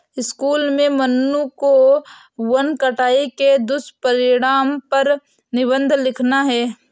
school में मन्नू को वन कटाई के दुष्परिणाम पर निबंध लिखना है